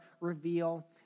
reveal